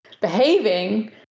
behaving